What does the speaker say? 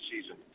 season